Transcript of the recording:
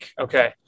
Okay